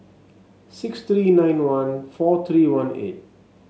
six three nine one four three one eight